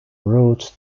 root